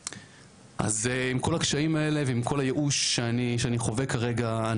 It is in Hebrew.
אז עם כל הקשיים האלה ועם כל הייאוש שאני חווה כרגע,